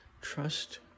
trust